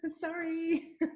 Sorry